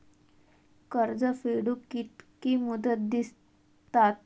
कर्ज फेडूक कित्की मुदत दितात?